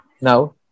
Now